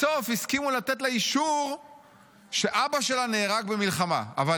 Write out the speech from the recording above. בסוף הסכימו לתת לה אישור שאבא שלה נהרג במלחמה אבל